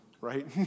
right